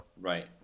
right